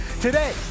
Today